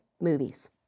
movies